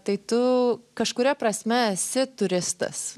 tai tu kažkuria prasme esi turistas